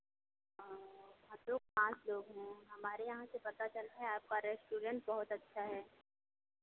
हाँ हम लोग पाँच लोग हैं हमारे यहाँ से पता चला है आपका रेस्टोरेंट बहुत अच्छा है